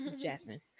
Jasmine